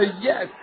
Yes